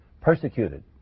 persecuted